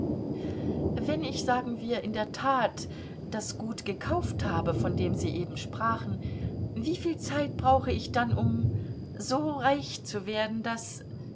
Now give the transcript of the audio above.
wenn ich sagen wir in der tat das gut gekauft habe von dem sie eben sprachen wieviel zeit brauche ich dann um so reich zu werden daß